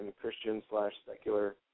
Christian-slash-secular